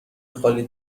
خالی